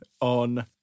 on